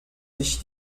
sich